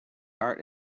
art